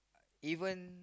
even